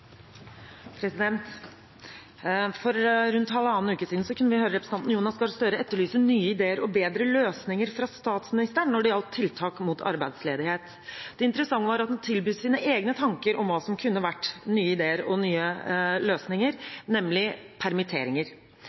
Jonas Gahr Støre etterlyse nye ideer og bedre løsninger fra statsministeren når det gjaldt tiltak mot arbeidsledighet. Det interessante er at han tilbyr sine egne tanker om hva som kunne vært nye ideer og nye løsninger, nemlig permitteringer.